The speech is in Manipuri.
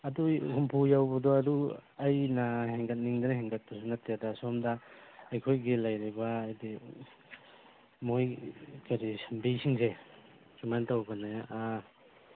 ꯑꯗꯨ ꯍꯨꯝꯐꯨ ꯌꯧꯕꯗꯣ ꯑꯗꯨ ꯑꯩꯅ ꯍꯦꯟꯒꯠꯅꯤꯡꯗꯅ ꯍꯦꯟꯒꯠꯄꯁꯨ ꯅꯠꯇꯦꯗ ꯁꯣꯝꯗ ꯑꯩꯈꯣꯏꯒꯤ ꯂꯩꯔꯤꯕ ꯍꯥꯏꯕꯗꯤ ꯃꯈꯣꯏ ꯀꯔꯤ ꯁꯟꯕꯤꯁꯤꯡꯁꯦ ꯁꯨꯃꯥꯏ ꯇꯧꯕꯅꯦ ꯑꯥ